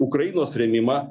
ukrainos rėmimą